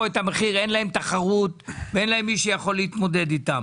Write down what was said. את המחירים ואין מי שיכול להתמודד מולם.